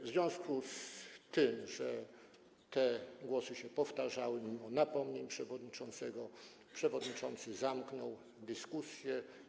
W związku z tym, że takie głosy się powtarzały mimo napomnień przewodniczącego, przewodniczący zamknął dyskusję.